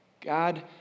God